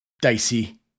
dicey